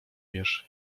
wiesz